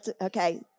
okay